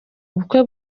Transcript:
ubukwe